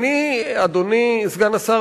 אדוני סגן השר,